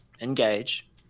Engage